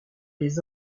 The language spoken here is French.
les